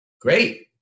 Great